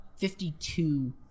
52